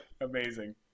Amazing